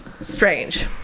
strange